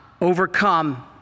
overcome